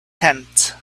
tent